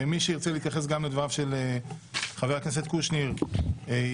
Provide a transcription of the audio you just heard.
מי שירצה להתייחס גם לדבריו של חבר הכנסת קושניר יתייחס,